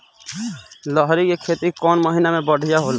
लहरी के खेती कौन महीना में बढ़िया होला?